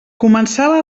començava